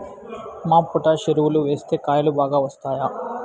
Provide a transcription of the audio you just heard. MOP potash ఎరువులు వేస్తే కాయలు బాగా వస్తాయా?